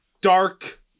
dark